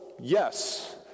Yes